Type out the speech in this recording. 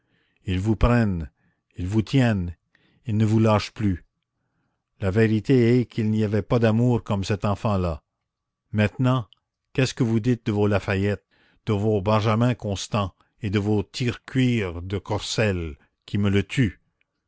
ils vous prennent ils vous tiennent ils ne vous lâchent plus la vérité est qu'il n'y avait pas d'amour comme cet enfant-là maintenant qu'est-ce que vous dites de vos lafayette de vos benjamin constant et de vos tirecuir de corcelles qui me le tuent